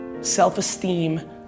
self-esteem